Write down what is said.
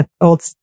old